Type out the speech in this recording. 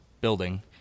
building